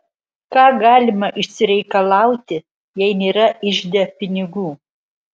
ką galima išsireikalauti jei nėra ižde pinigų